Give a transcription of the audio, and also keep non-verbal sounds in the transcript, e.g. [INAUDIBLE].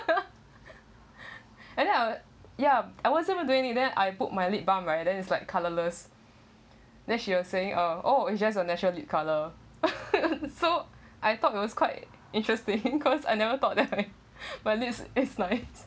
[LAUGHS] and I will ya I wasn't doing any~ then I put my lip balm right then it's like colourless then she was saying uh oh it's just your natural lip colour [LAUGHS] so I thought it was quite interesting [LAUGHS] cause I never thought that my [LAUGHS] my lips is [LAUGHS] nice